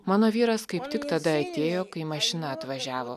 mano vyras kaip tik tada atėjo kai mašina atvažiavo